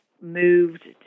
moved